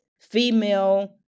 female